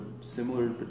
similar